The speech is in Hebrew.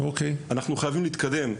אנחנו חייבים להתקדם,